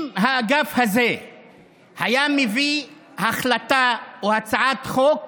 אם האגף הזה היה מביא החלטה או הצעת חוק